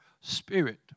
spirit